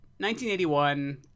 1981